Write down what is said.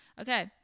Okay